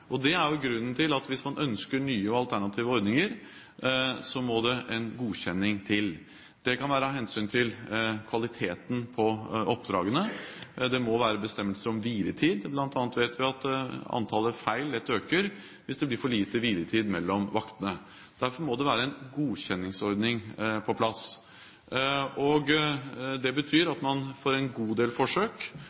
og at arbeidstakernes rettigheter skal sikres, selv om man har alternative arbeidsturnuser eller skiftturnuser. Det er grunnen til at hvis man ønsker nye og alternative ordninger, må det en godkjenning til, det kan være av hensyn til kvaliteten på oppdragene, og det må være bestemmelser om hviletid. Blant annet vet vi at antallet feil lett øker hvis det blir for lite hviletid mellom vaktene. Derfor må det være en godkjenningsordning på plass. Det betyr at for en god del